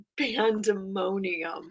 pandemonium